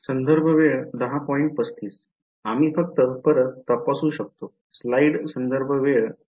आम्ही फक्त परत तपासू शकतो